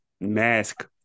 mask